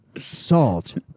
salt